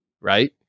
right